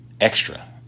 Extra